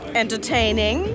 entertaining